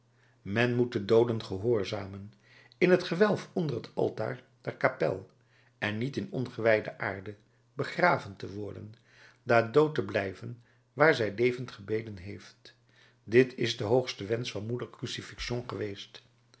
men moet de dooden gehoorzamen in het gewelf onder het altaar der kapel en niet in ongewijde aarde begraven te worden daar dood te blijven waar zij levend gebeden heeft dit is de hoogste wensch van moeder crucifixion geweest